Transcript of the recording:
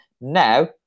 now